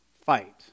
fight